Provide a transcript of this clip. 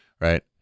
right